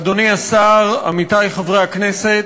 אדוני השר, עמיתי חברי הכנסת,